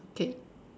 okay